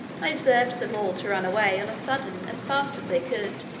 i observed them all to run away on a sudden as fast as they could